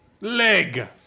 leg